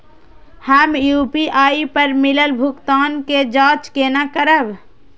हम यू.पी.आई पर मिलल भुगतान के जाँच केना करब?